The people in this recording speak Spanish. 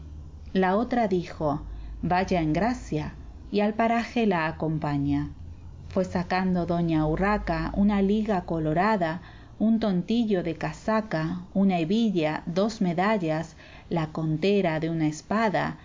la otra dijo vaya en gracia y al paraje la acompaña fué sacando doña urraca una liga colorada un tontillo de casaca una hebilla dos medallas la contera de una espada